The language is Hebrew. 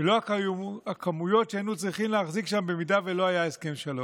ולא הכמויות שהיינו צריכים להחזיק שם אם לא היה הסכם שלום.